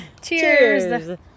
Cheers